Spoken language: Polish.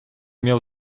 miał